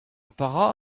petra